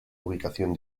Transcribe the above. ubicación